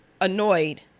annoyed